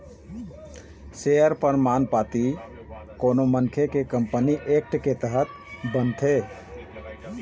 share परमान पाती कोनो मनखे के कंपनी एक्ट के तहत बनथे